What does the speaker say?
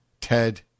Ted